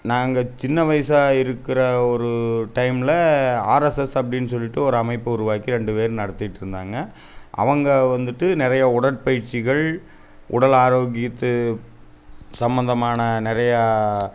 நாங்க சின்ன வயசாக இருக்கிற ஒரு டைமில் ஆர்எஸ்எஸ் அப்டின்னு சொல்லிட்டு ஒரு அமைப்பு உருவாக்கி ரெண்டு பேர் நடத்திட்டு இருந்தாங்க அவங்க வந்துட்டு நிறையா உடற்பயிற்சிகள் உடல் ஆரோக்கியத்து சம்மந்தமான நிறையா